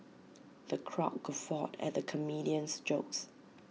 the crowd guffawed at the comedian's jokes